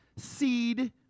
seed